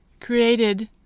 created